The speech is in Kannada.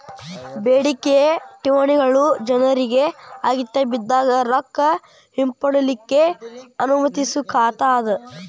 ಬೇಡಿಕೆಯ ಠೇವಣಿಗಳು ಜನ್ರಿಗೆ ಅಗತ್ಯಬಿದ್ದಾಗ್ ರೊಕ್ಕ ಹಿಂಪಡಿಲಿಕ್ಕೆ ಅನುಮತಿಸೊ ಖಾತಾ ಅದ